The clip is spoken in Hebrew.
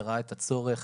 שראה את הצורך